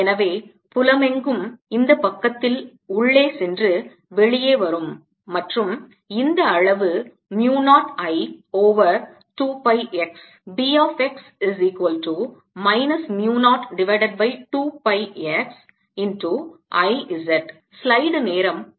எனவே புலமெங்கும் இந்த பக்கத்தில் உள்ளே சென்று வெளியே வரும் மற்றும் இந்த அளவு mu 0 I over 2 by x